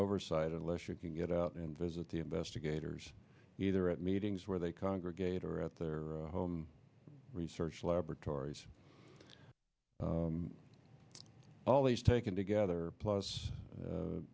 oversight unless you can get out and visit the investigators either at meetings where they congregate or at their home research laboratories all these taken together plus